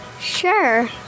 Sure